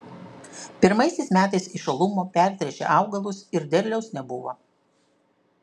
pirmaisiais metais iš uolumo pertręšė augalus ir derliaus nebuvo